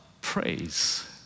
praise